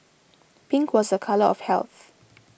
pink was a colour of health